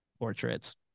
Portraits